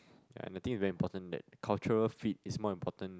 and the thing is very important that cultural feed is more important